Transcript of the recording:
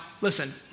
listen